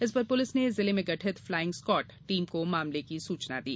इस पर पुलिस ने जिले में गठित फ्लांईग स्कॉट टीम को मामले की सूचना दी